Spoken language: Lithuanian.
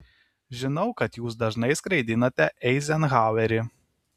žinau kad jūs dažnai skraidinate eizenhauerį